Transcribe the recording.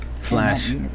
Flash